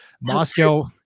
Moscow